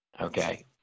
okay